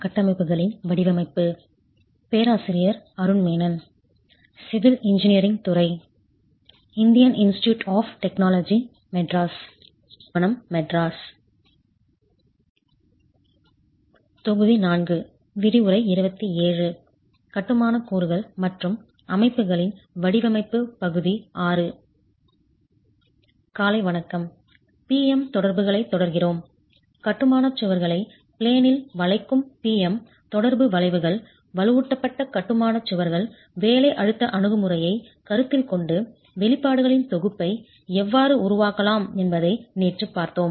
காலை வணக்கம் P M தொடர்புகளைத் தொடர்கிறோம் கட்டுமானச் சுவர்களை பிளேனில் வளைக்கும் P M தொடர்பு வளைவுகள் வலுவூட்டப்பட்ட கட்டுமானச் சுவர்கள் வேலை அழுத்த அணுகுமுறையைக் கருத்தில் கொண்டு வெளிப்பாடுகளின் தொகுப்பை எவ்வாறு உருவாக்கலாம் என்பதை நேற்றுப் பார்த்தோம்